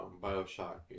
Bioshock